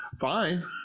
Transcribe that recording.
Fine